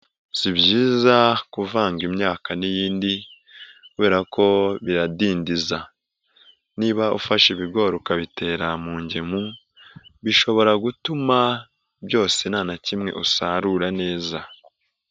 Si byiza kuvanga imyaka n'iyindi; kubera ko biradindiza. Niba ufashe ibigori ukabitera mu ngemu bishobora gutuma byose nta na kimwe usarura neza.